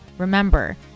Remember